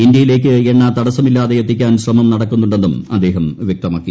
ഇന്ത്യയിലേയ്ക്ക് എണ്ണ് തടസമില്ലാതെ എത്തിക്കാൻ ശ്രമം നടക്കുന്നുണ്ടെന്നും അദ്ദേഹം വ്യക്തമാക്കി